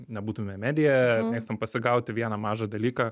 nebūtume medija mėgstam pasigauti vieną mažą dalyką